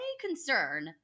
concern